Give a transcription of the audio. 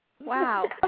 Wow